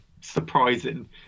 surprising